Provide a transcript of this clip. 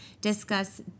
discuss